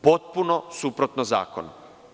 Potpuno suprotno zakonu.